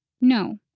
No